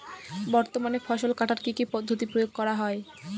বর্তমানে ফসল কাটার কি কি পদ্ধতি প্রয়োগ করা হয়?